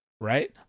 right